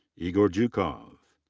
igor jukov.